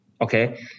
okay